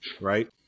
right